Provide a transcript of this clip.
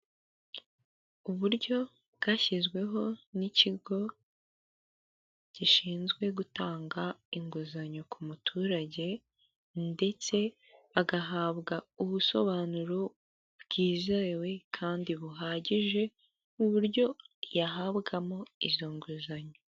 Uburyo bwashyizweho n'ikigo gishinzwe gutanga inguzanyo ku muturage, ndetse agahabwa ubusobanuro bwizewe, kandi buhagije nk'uburyo yahabwamo izo nguzanyo.